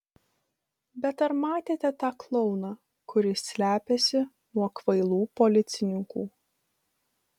bet ar matėte tą klouną kuris slepiasi nuo kvailų policininkų